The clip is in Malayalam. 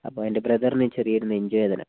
അപ്പം എന്റെ ബ്രെദറിന് ചെറിയൊരു നെഞ്ചു വേദന